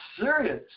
serious